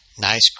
Nice